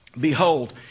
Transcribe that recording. Behold